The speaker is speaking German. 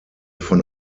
von